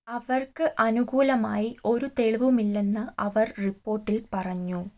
അവർക്ക് അനുകൂലമായി ഒരു തെളിവുമില്ലെന്ന് അവർ റിപ്പോർട്ടിൽ പറഞ്ഞു